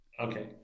Okay